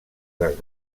dels